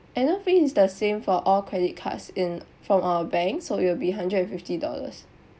annual fee is the same for all credit cards in from our bank so it will be hundred and fifty dollars